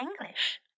English